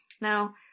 Now